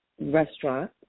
restaurant